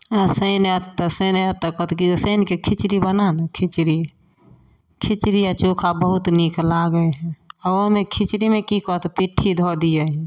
आ शैन आयत तऽ शैन आयत तऽ कहत कि जे शैन कऽ खिचड़ी बना ने खिचड़ी खिचड़ी आ चोखा बहुत नीक लागै है ओहोमे खिचड़ीमे की कहत पिट्ठी दऽ दियही